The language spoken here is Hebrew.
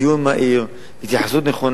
יקבל עדיפות גבוהה, דיון מהיר, התייחסות נכונה,